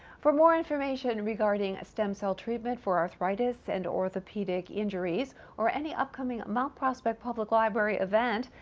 for more information regarding stem-cell treatment for arthritis and orthopedic injuries or any upcoming mount prospect public library event,